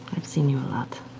i've seen you a lot.